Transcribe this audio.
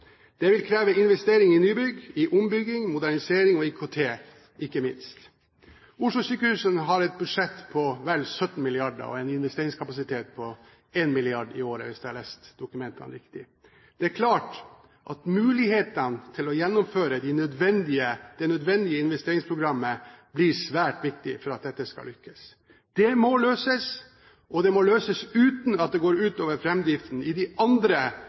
Det vil kreve investering i nybygg, i ombygging, modernisering og IKT, ikke minst. Oslo-sykehusene har et budsjett på vel 17 mrd. kr og en investeringskapasitet på 1 mrd. kr i året, hvis jeg har lest dokumentene riktig. Det er klart at mulighetene for å gjennomføre det nødvendige investeringsprogrammet blir svært viktig for at dette skal lykkes. Det må løses, og det må løses uten at det går ut over framdriften i de andre